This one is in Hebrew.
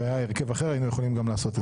והיה הרכב אחר היינו גם יכולים לעשות את זה.